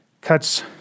cuts